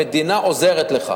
המדינה עוזרת לך.